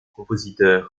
compositeurs